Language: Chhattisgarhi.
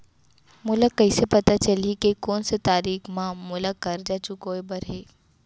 मोला कइसे पता चलही के कोन से तारीक म मोला करजा चुकोय बर हे?